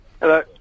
Hello